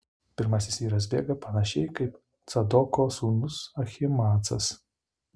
pirmasis vyras bėga panašiai kaip cadoko sūnus ahimaacas